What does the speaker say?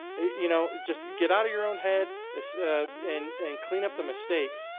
you know, just get out of your own head and and clean up the mistakes.